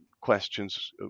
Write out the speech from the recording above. questions